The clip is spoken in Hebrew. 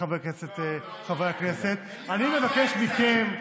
וחברי הכנסת, אני מבקש מכם,